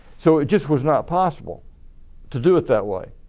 so it just was not possible to do it that way.